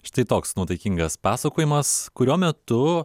štai toks nuotaikingas pasakojimas kurio metu